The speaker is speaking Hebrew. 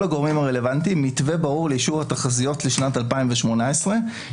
הגורמים הרלוונטיים מתווה ברור לאישור התחזיות לשנת 2018 לשם